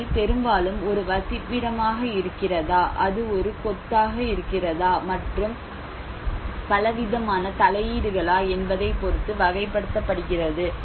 அவை பெரும்பாலும் ஒரு வசிப்பிடமாக இருக்கிறதா அது ஒரு கொத்தாக இருக்கிறதா மற்றும் பலவிதமான தலையீடுகளா என்பதை பொறுத்து வகைப்படுத்தப்படுகிறது